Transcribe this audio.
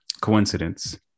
coincidence